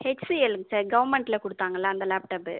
ஹெச்சிஎல்லுங்க sir கவர்மெண்டில் கொடுத்தாங்கல்ல அந்த லேப்டாப்பு